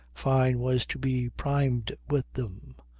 fyne was to be primed with them.